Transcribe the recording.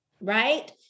Right